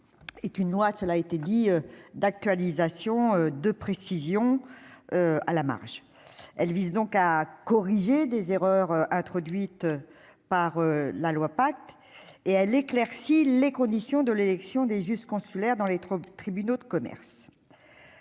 est une loi, cela a été dit d'actualisation de précision à la marge, elle vise donc à corriger des erreurs introduite par la loi, pacte et elle éclaircit les conditions de l'élection des juges consulaires dans les 3 tribunaux de commerce,